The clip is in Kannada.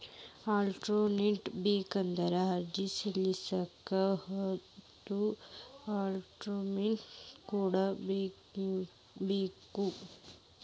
ಆಟೊಲೊನ್ ಬೇಕಂದ್ರ ಅರ್ಜಿ ಸಲ್ಲಸ್ಲಿಕ್ಕೆ ಹೋದ್ರ ಖಾತಾದ್ದ್ ಡಿಟೈಲ್ಸ್ ತಗೊಂಢೊಗಿರ್ಬೇಕ್